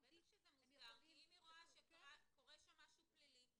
--- בטח שזה מוסדר כי אם היא רואה שקורה שם משהו פלילי,